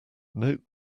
note